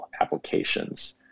applications